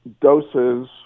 doses